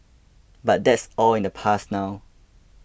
but that's all in the past now